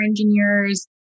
engineers